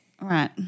right